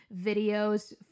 videos